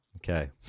Okay